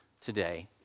today